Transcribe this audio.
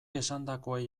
esandakoei